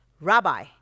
Rabbi